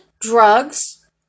drugs